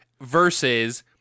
Versus